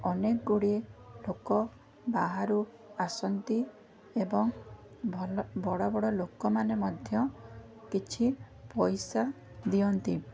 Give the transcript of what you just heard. ଅନେକଗୁଡ଼ିଏ ଲୋକ ବାହାରୁ ଆସନ୍ତି ଏବଂ ଭଲ ବଡ଼ ବଡ଼ ଲୋକମାନେ ମଧ୍ୟ କିଛି ପଇସା ଦିଅନ୍ତି